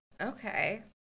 okay